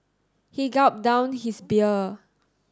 he gulped down his beer